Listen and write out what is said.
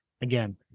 again